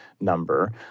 number